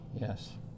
Yes